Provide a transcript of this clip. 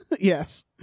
Yes